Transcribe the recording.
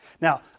Now